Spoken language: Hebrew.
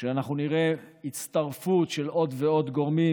שאנחנו נראה הצטרפות של עוד ועוד גורמים,